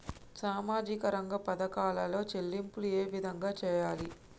సామాజిక రంగ పథకాలలో చెల్లింపులు ఏ విధంగా చేయాలి?